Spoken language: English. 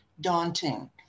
daunting